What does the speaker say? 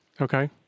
Okay